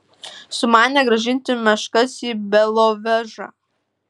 sumanė grąžinti meškas į belovežą